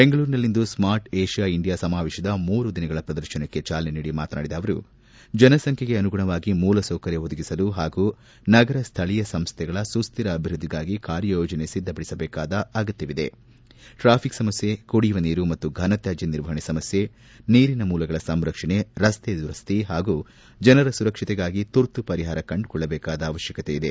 ಬೆಂಗಳೂರಿನಲ್ಲಿಂದು ಸ್ಮಾರ್ಟ್ ವಿಷ್ಕಾ ಇಂಡಿಯಾ ಸಮಾವೇಶದ ಮೂರು ದಿನಗಳ ಪ್ರದರ್ಶನಕ್ಕೆ ಚಾಲನೆ ನೀಡಿ ಮಾತನಾಡಿದ ಅವರು ಜನಸಂಖ್ಯೆಗೆ ಅನುಗುಣವಾಗಿ ಮೂಲಸೌಕರ್ಯ ಒದಗಿಸಲು ಪಾಗೂ ನಗರ ಸ್ಥಳೀಯ ಸಂಸ್ಥೆಗಳ ಸುಶ್ಧಿರ ಅಭಿವ್ಯದ್ಧಿಗಾಗಿ ಕಾರ್ಯಯೋಜನೆ ಸಿದ್ಧಪಡಿಸಬೇಕಾದ ಅಗತ್ತವಿದೆ ಟ್ರಾಫಿಕ್ ಸಮಸ್ಕೆ ಕುಡಿಯುವ ನೀರು ಮತ್ತು ಘನತ್ಕಾಜ್ಯ ನಿರ್ವಹಣೆ ಸಮಸ್ಕೆ ನೀರಿನ ಮೂಲಗಳ ಸಂರಕ್ಷಣೆ ರಸ್ತೆ ದುರಶ್ಮಿ ಹಾಗೂ ಜನರ ಸುರಕ್ಷತೆಗಾಗಿ ತುರ್ತು ಪರಿಹಾರ ಕಂಡುಕೊಳ್ಳಬೇಕಾದ ಅವಶ್ಕಕತೆ ಇದೆ